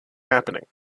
happening